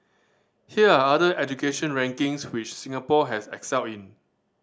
here are other education rankings which Singapore has excelled in